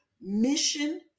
mission